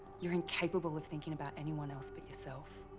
you're incapable of thinking about anyone else but yourself.